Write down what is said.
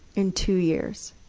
in two years.